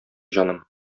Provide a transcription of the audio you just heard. җаным